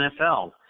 NFL